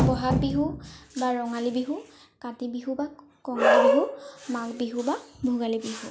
বহাগ বিহু বা ৰঙালী বিহু কাতি বিহু বা কঙালী বিহু মাঘ বিহু বা ভোগালী বিহু